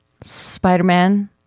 Spider-Man